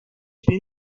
bin